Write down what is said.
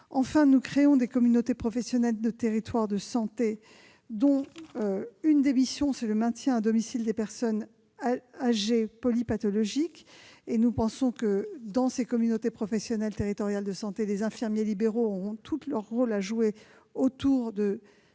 L'une des missions des communautés professionnelles de territoires de santé que nous créons est le maintien à domicile des personnes âgées polypathologiques. Pour nous, dans ces communautés professionnelles territoriales de santé, les infirmiers libéraux auront leur rôle à jouer autour de